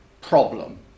problem